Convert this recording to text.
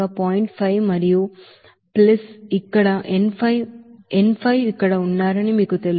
5 మరియు మీరు ప్లస్ ఇక్కడ n5 n5 ఇక్కడ ఉన్నారని మీకు తెలుసు అది ఏమిటి